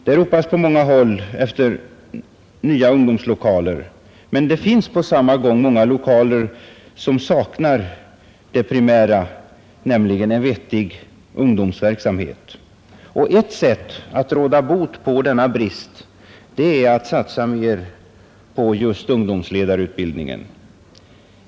På många håll ropas det efter nya ungdomslokaler, men det finns på samma gång många lokaler som saknar det primära, nämligen en vettig ungdomsverksamhet. Ett sätt att råda bot på denna brist är att satsa mer just på ungdomsledarutbildning.